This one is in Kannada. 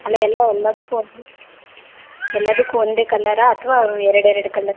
ಅಲ್ಲ ಎಲ್ಲ ಎಲ್ಲದಕ್ಕೂ ಒಂದೇ ಎಲ್ಲದಕ್ಕೂ ಒಂದೇ ಕಲರ್ರಾ ಅಥವಾ ಎರಡೆರಡು ಕಲರ್